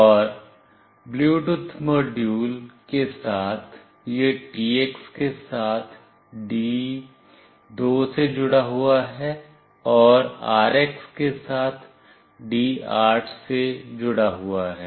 और Bluetooth module के साथ यह TX के साथ D2 से जुड़ा हुआ है और RX के साथ D8 से जुड़ा हुआ है